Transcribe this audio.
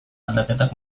aldaketak